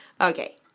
Okay